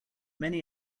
many